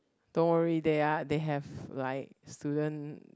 don't worry they are they have like student